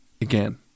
again